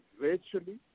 virtually